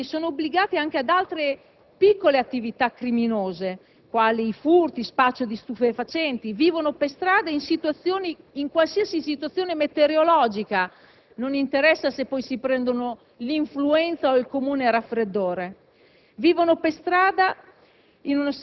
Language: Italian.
Oltre all'accattonaggio, questi bambini sono obbligati anche ad altre piccole attività criminose, quali i furti e lo spaccio di stupefacenti. Vivono per strada in qualsiasi situazione meteorologica, non interessa se poi si prendono l'influenza o il comune raffreddore.